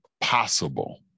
possible